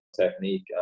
technique